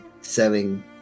selling